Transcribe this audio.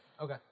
okay